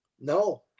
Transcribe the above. No